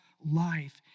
life